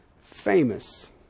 famous